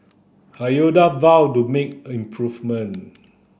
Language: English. vowed to make improvement